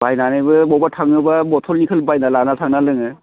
बायनानैबो बबावबा थाङोबा बथलनिखौ बायना लाना थांना लोङो